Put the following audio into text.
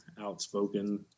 outspoken